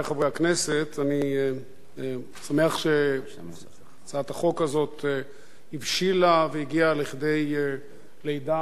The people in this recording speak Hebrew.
אני שמח שהצעת החוק הזאת הבשילה והגיעה לכדי לידה חוקית,